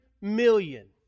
million